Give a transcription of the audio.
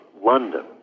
London